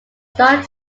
star